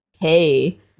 hey